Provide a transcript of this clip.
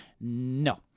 No